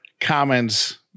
comments